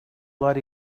lot